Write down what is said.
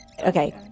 Okay